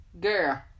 Girl